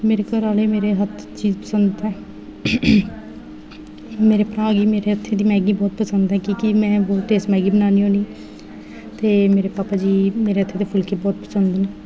मेरे घरैआह्ले मेरी हर चीज़ पंसद ऐ मेरे भ्रा गी मेरे हत्था दी मैगी बड़ी पसंद ऐ कि में बहूत टेस्ट मैगी बनान्नी होन्नी ते मेरे पापा जी गी मेरे हत्था दे फुल्के बहुत पसंद न